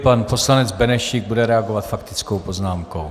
Pan poslanec Benešík bude reagovat faktickou poznámkou.